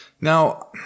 Now